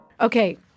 Okay